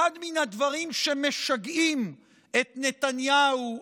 אחד מן הדברים שמשגעים את נתניהו,